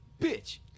bitch